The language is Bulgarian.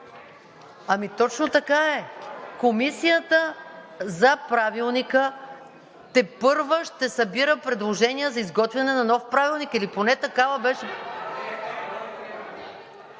Ами точно така е. Комисията за Правилника тепърва ще събира предложения за изготвяне на нов правилник или поне такава беше…